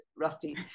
rusty